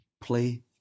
play